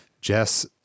Jess